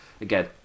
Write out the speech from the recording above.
again